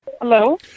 Hello